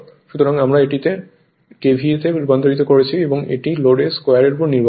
সুতরাং আমরা এটি KVA তে রূপান্তরিত করেছি এবং এটি লোডের স্কোয়ারের উপর নির্ভরশীল